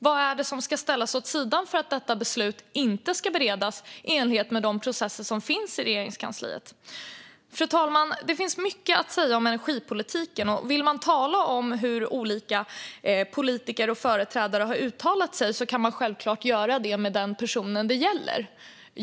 Vad är det som ska ställas åt sidan för att detta beslut inte ska beredas i enlighet med de processer som finns i Regeringskansliet? Fru talman! Det finns mycket att säga om energipolitiken. Och om man vill tala om hur olika politiker och företrädare har uttalat sig kan man självklart göra det med den person som det gäller.